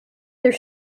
their